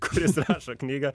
kuris rašo knygą